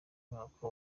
mwaka